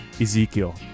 Ezekiel